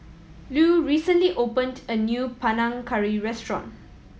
Lew recently opened a new Panang Curry restaurant